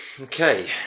Okay